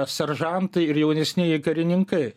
seržantai ir jaunesnieji karininkai